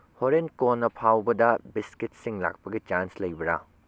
ꯍꯣꯔꯦꯟ ꯀꯣꯟꯅ ꯐꯥꯎꯕꯗ ꯕꯤꯁꯀꯤꯠꯁꯤꯡ ꯂꯥꯛꯄꯒꯤ ꯆꯥꯟꯁ ꯂꯩꯕ꯭ꯔ